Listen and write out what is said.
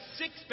six